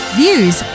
views